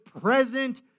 present